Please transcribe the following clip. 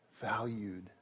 valued